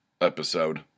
episode